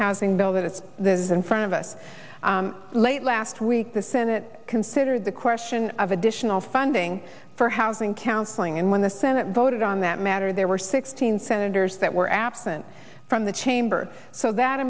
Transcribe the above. housing bill that it's that is in front of us late last week the senate considered the question of additional funding for housing counseling and when the senate voted on that matter there were sixteen senators that were absent from the chamber so that